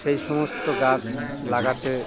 সেই সমস্ত গাছ লাগাতে